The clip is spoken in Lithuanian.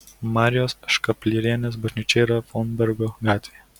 marijos škaplierinės bažnyčia yra fonbergo gatvėje